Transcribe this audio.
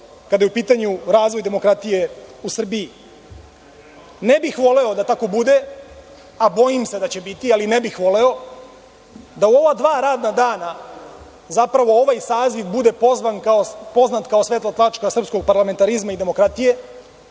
kada je u pitanju razvoj demokratije u Srbiji. Ne bih voleo da tako bude, a bojim se da će biti, ali ne bih voleo, da u ova dva radna dana zapravo ovaj saziv bude poznat kao svetla tačka srpskog parlamentarizma i demokratije.